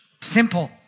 Simple